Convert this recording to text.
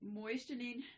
moistening